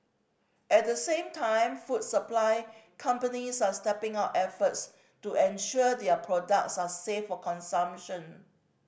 at the same time food supply companies are stepping up efforts to ensure their products are safe for consumption